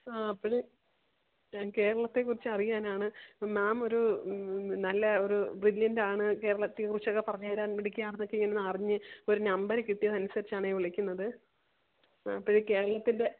ആ അപ്പഴ് ഞാൻ കേരളത്തെക്കുറിച്ച് അറിയാനാണ് മാം ഒരു നല്ല ഒരു ബ്രില്യൻ്റ് ആണ് കേരളത്തെക്കുറിച്ച് ഒക്കെ പറഞ്ഞുതരാൻ മിടുക്കിയാണെന്നൊക്കെ അറിഞ്ഞ് ഒരു നമ്പര് കിട്ടിയതനുസരിച്ചാണെ ഞാൻ വിളിക്കുന്നത് അപ്പഴ് കേരളത്തിൻ്റെ